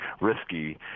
risky